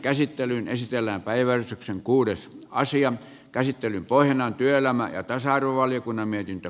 käsittelyn pohjana on työelämä ja tasa arvovaliokunnan mietintö